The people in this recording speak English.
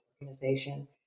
organization